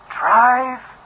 drive